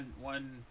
One